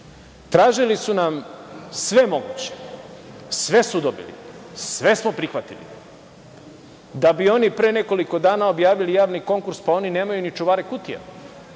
Tražili su nam sve moguće. Sve su dobili, sve smo prihvatili, da bi oni pre nekoliko dana objavili javni konkurs, pa oni nemaju ni čuvare kutija.